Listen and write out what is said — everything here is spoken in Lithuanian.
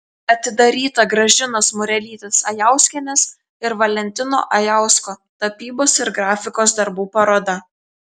atidaryta gražinos murelytės ajauskienės ir valentino ajausko tapybos ir grafikos darbų paroda